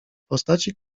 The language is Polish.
postaci